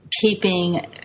keeping